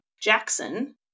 Jackson